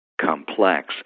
complex